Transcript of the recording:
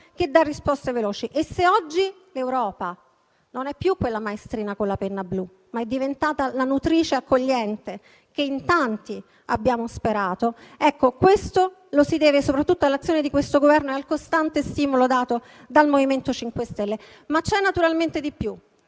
che dà risposte veloci e se oggi l'Europa non è più quella maestrina con la penna blu, ma è diventata la nutrice accogliente che in tanti abbiamo sperato, questo lo si deve soprattutto all'azione di questo Governo e al costante stimolo dato dal MoVimento 5 Stelle. C'è però naturalmente di più,